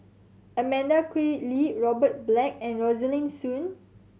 Amanda Koe Lee Robert Black and Rosaline Soon